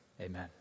amen